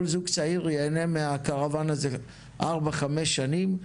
כל זוג צעיר ייהנה מהקרוואן הזה ארבע-חמש שנים.